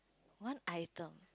one item